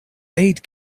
aid